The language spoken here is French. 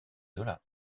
zola